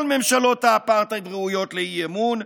כל ממשלות האפרטהייד ראויות לאי-אמון,